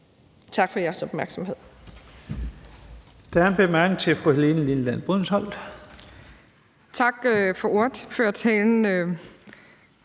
Tak for jeres opmærksomhed.